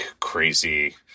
crazy